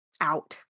out